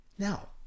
Now